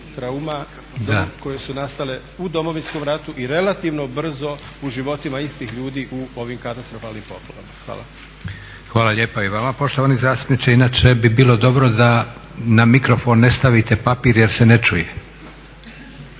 trauma koje su nastale u Domovinskom ratu i relativno brzo u životima istih ljudima u ovim katastrofalnim poplavama. Hvala. **Leko, Josip (SDP)** Hvala lijepa i vama poštovani zastupniče. Inače bi bilo dobro da na mikrofon ne stavite papir jer se ne čuje.